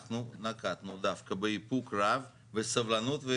אנחנו נקטנו דווקא באיפוק רב וסבלנות.